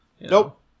Nope